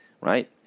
right